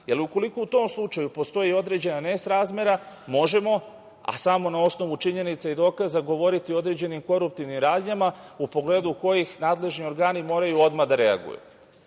Jer, ukoliko u tom slučaju postoji određena nesrazmera, možemo, a samo na osnovu činjenica i dokaza govoriti o određenim koruptivnim radnjama, u pogledu kojih nadležni organi moraju odmah da reaguju. Zato